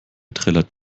trällert